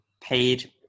paid